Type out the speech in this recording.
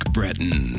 Breton